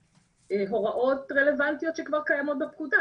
הוראות רלוונטיות שכבר קיימות בפקודה.